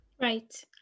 Right